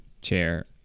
chair